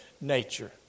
nature